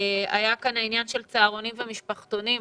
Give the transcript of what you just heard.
עלה כאן העניין של צהרונים ומשפחתונים.